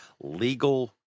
legal